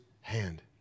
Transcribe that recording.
hand